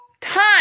time